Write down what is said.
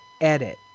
edit